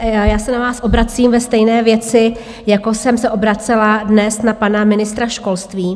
Já se na vás obracím ve stejné věci, jako jsem se obracela dnes na pana ministra školství.